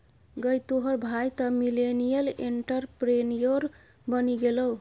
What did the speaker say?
गै तोहर भाय तँ मिलेनियल एंटरप्रेन्योर बनि गेलौ